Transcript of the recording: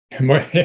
More